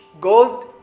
gold